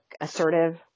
assertive